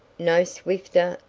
no swifter,